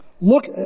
Look